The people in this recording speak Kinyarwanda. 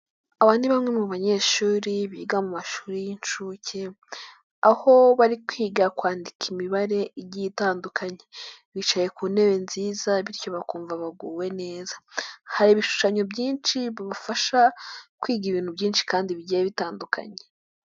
Aba ni bamwe mu banyeshuri biga mu mashuri y'inshuke aho bari kwiga kwandika imibare igiye itandukanye, bicaye ku ntebe nziza bityo bakumva baguwe neza, hari ibishushanyo byinshi bibafasha kwiga ibintu byinshi kandi bigiye bitandukanye.